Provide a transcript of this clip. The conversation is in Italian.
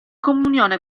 comunione